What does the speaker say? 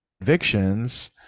convictions